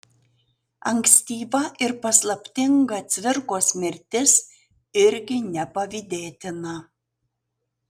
ankstyva ir paslaptinga cvirkos mirtis irgi nepavydėtina